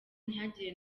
ntihagire